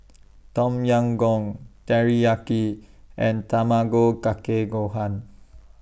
Tom Yam Goong Teriyaki and Tamago Kake Gohan